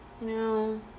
No